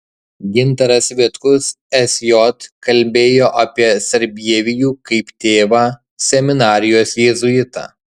gintaras vitkus sj kalbėjo apie sarbievijų kaip tėvą seminarijos jėzuitą